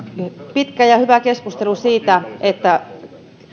pitkä ja hyvä keskustelu siitä että